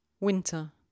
winter